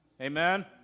Amen